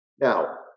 Now